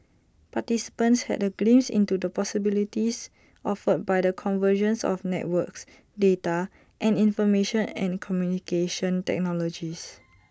participants had A glimpse into the possibilities offered by the convergence of networks data and information and communication technologies